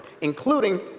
including